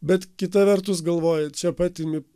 bet kita vertus galvoji čia pat imi